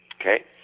okay